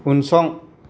उनसं